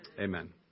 Amen